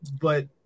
but-